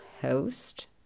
host